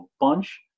bunch